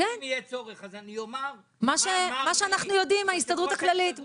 אבל אם יהיה צורך אז אני אומר -- מה שאנחנו יודעים מההסתדרות הכללית,